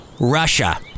Russia